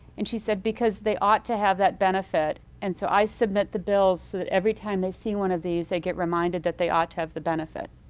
and she said, because they ought to have that benefit and so i submit the bills so that every time they see one of these they get reminded that they ought to have the benefit.